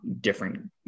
different